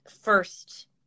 first